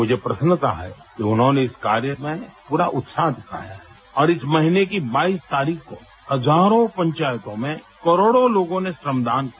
मुझे प्रसन्नता है कि उन्होंने इस कार्य में पूरा उत्साह दिखाया है और इस महीने की बाईस तारीख को हजारों पंचायतों में करोड़ों लोगों ने श्रमदान किया